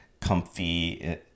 comfy